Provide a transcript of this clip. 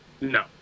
No